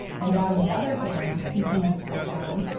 and on the other hand, continued sir john,